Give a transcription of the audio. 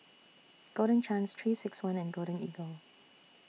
Golden Chance three six one and Golden Eagle